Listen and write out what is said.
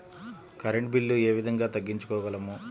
Current bill ఏ విధంగా తగ్గించుకోగలము?